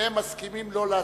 שניהם מסכימים לא להסכים.